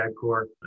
Corps